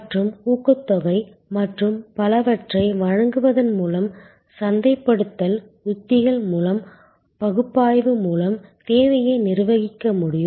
மற்றும் ஊக்கத்தொகை மற்றும் பலவற்றை வழங்குவதன் மூலம் சந்தைப்படுத்தல் உத்திகள் மூலம் பகுப்பாய்வு மூலம் தேவையை நிர்வகிக்க முடியும்